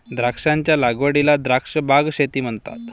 द्राक्षांच्या लागवडीला द्राक्ष बाग शेती म्हणतात